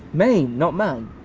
man, not man?